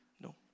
No